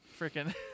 Freaking